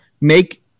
make